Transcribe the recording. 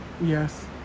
Yes